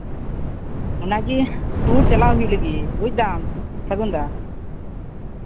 ᱚᱱᱟᱜᱮ ᱴᱩᱨ ᱪᱟᱞᱟᱜ ᱦᱩᱭᱩᱜ ᱞᱟᱹᱜᱤᱫ ᱵᱩᱡᱽᱫᱟᱢ ᱥᱟᱹᱜᱩᱱ ᱫᱟ